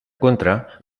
contra